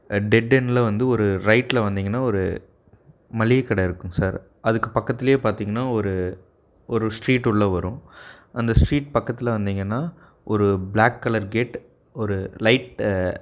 dead எண்டில் வந்து ஒரு ரைட்டில் வந்தீங்கன்னா ஒரு மளிகை கடை இருக்கும் சார் அதுக்கு பக்கத்துலேயே பார்த்தீங்கன்னா ஒரு ஒரு ஸ்ட்ரீட் உள்ளே வரும் அந்த ஸ்ட்ரீட் பக்கத்தில் வந்தீங்கன்னா ஒரு பிளாக் கலர் கேட் ஒரு லைட்